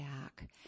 back